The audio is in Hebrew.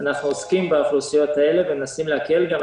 אנחנו עוסקים באוכלוסיות האלה ומנסים להקל גם.